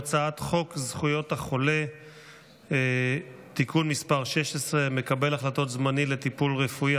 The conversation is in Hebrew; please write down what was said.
הצעת חוק זכויות החולה (תיקון מס' 16) (מקבל החלטות זמני לטיפול רפואי),